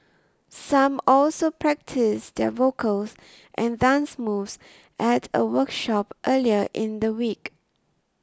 some also practised their vocals and dance moves at a workshop earlier in the week